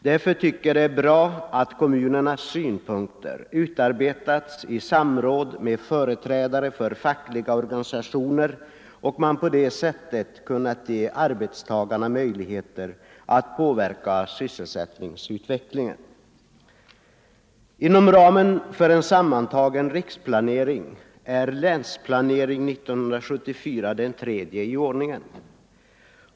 Därför tycker jag det är bra att kommunernas synpunkter utarbetats i samråd med företrädare för fackliga organisationer och att man på det sättet kunnat ge arbetstagarna möjligheter att påverka sysselsättningsutvecklingen. Inom ramen för en sammantagen riksplanering är Länsplanering 1974 den tredje i ordningen.